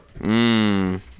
Mmm